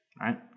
right